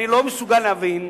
אני לא מסוגל להבין,